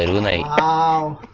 and denie ah all